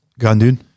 Gandun